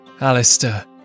Alistair